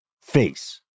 face